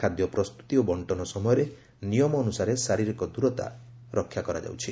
ଖାଦ୍ୟ ପ୍ରସ୍ତୁତି ଓ ବର୍ଷନ ସମୟରେ ନିୟମ ଅନୁସାରେ ଶାରୀରିକ ଦୂରତା ରକ୍ଷା କରାଯାଉଛି